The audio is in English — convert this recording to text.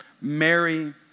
Mary